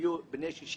יהיו בני 65